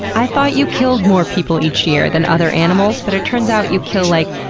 i thought you killed more people each year than other animals but it turns out you kill, like,